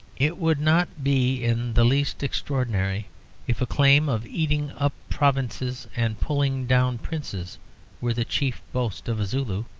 it would not be in the least extraordinary if a claim of eating up provinces and pulling down princes were the chief boast of a zulu.